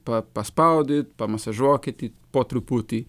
pa paspaudyt pamasažuokit po truputį